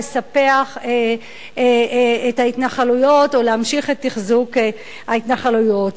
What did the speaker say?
לספח את ההתנחלויות או להמשיך את תחזוק ההתנחלויות.